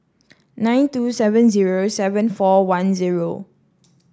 nine two seven zero seven four one zero